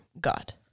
God